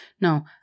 No